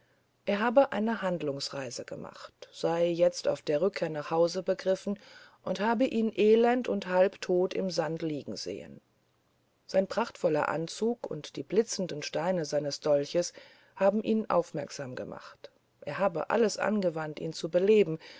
er habe eine handelsreise gemacht sei jetzt auf der rückkehr nach hause begriffen und habe ihn elend und halbtot im sand liegen sehen sein prachtvoller anzug und die blitzenden steine seines dolches haben ihn aufmerksam gemacht er habe alles angewandt ihn zu beleben